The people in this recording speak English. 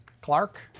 Clark